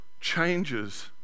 changes